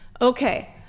okay